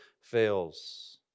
fails